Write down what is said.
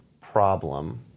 problem